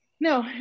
no